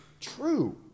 true